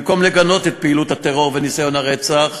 במקום לגנות את פעילות הטרור וניסיון הרצח,